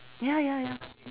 ya ya ya